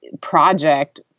project